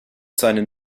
seinen